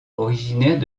originaire